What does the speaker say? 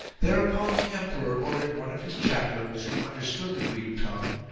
thereupon the emperor ordered one of his chaplains, who understood the greek tongue,